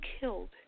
killed